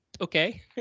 Okay